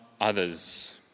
others